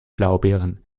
blaubeeren